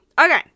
Okay